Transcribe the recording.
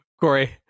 Corey